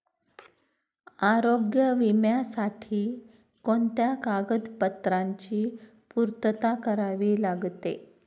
आरोग्य विम्यासाठी कोणत्या कागदपत्रांची पूर्तता करावी लागते?